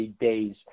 days